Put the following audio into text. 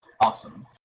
Awesome